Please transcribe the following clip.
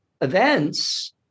events